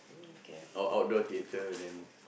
or outdoor theatre then